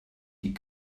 die